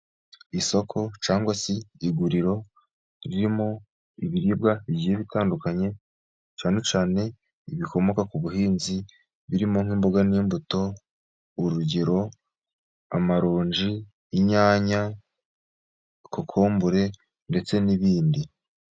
Isoko cyangwa se iguriro ririmo ibiribwa bigiye bitandukanye, cyane cyane ibikomoka ku buhinzi birimo nk'imboga, n'imbuto urugero amaronji, inyanya, kokombure ndetse n'ibindi.